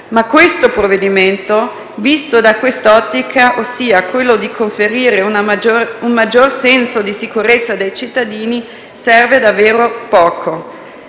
in discussione, visto da quest'ottica, ossia quella di conferire un maggior senso di sicurezza ai cittadini, serve davvero a poco